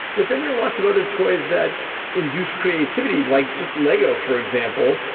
but then there are lots of other toys that induce creativity, like just lego, for example,